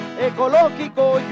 ecológico